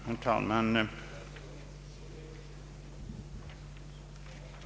Herr talman!